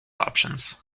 options